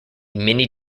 mini